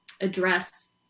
address